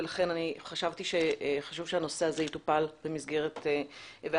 ולכן מצאתי לנכון שנושא חשוב זה יטופל בוועדת